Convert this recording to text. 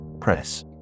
Press